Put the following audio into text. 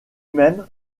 même